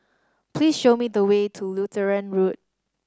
please show me the way to Lutheran Road